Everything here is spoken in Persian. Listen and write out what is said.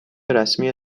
رسمی